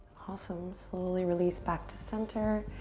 awesome, slowly release back to center.